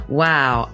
wow